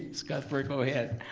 ms. cuthbert, go ahead.